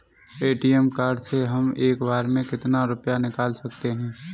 ATM card से हम एक बार में कितना रुपया निकाल सकते हैं?